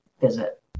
visit